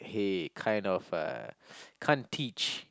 he kind of uh can't teach